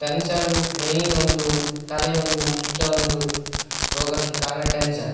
tension main ಒಂದು ತಲೆ ಒಂದು ಮುಖ್ಯ ಒಂದು ರೋಗಕ್ಕೆ ಕಾರಣ ಟೆನ್ಷನ್